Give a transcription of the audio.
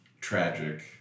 tragic